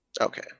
Okay